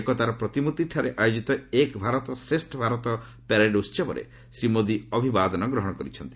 ଏକତାର ପ୍ରତିମୂର୍ତ୍ତିଠାରେ ଆୟୋଜିତ 'ଏକ୍ ଭାରତ ଶ୍ରେଷ୍ଠ ଭାରତ୍' ପ୍ୟାରେଡ୍ ଉହବରେ ଶ୍ରୀ ମୋଦି ଅଭିବାଦନ ଗ୍ରହଣ କରିଛନ୍ତି